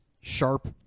sharp